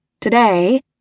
Today